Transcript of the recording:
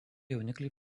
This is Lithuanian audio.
jaunikliai